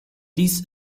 dies